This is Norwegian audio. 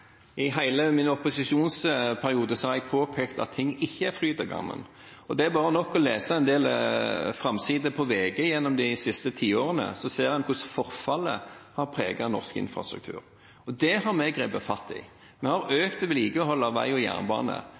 I hele min opposisjonsperiode har jeg påpekt at ting ikke er fryd og gammen. Det er nok å lese en del forsider på VG gjennom de siste tiårene, så ser en hvordan forfallet har preget norsk infrastruktur. Det har vi grepet fatt i. Vi har økt vedlikeholdet av vei og jernbane,